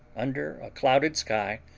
under a clouded sky,